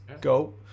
go